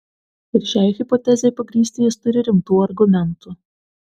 ir šiai hipotezei pagrįsti jis turi rimtų argumentų